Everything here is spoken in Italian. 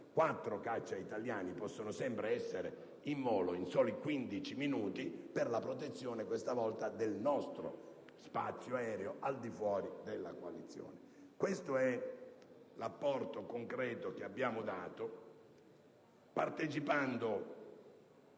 quattro caccia italiani possono sempre essere in volo in soli 15 minuti per la protezione, questa volta, del nostro spazio aereo, al di fuori della coalizione. Questo è l'apporto concreto che abbiamo dato partecipando